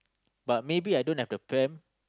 but maybe I don't have the pram